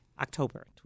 October